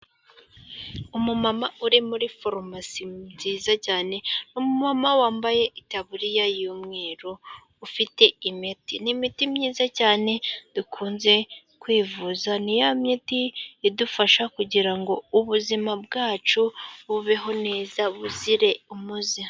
Umumama uri muri farumasi nziza cyane, ni umumama wambaye itaburiya y'umweru ufite imiti. Ni miti myiza cyane dukunze kwivuza, ni ya miti idufasha kugira ngo ubuzima bwacu bubeho neza, buzire umuze.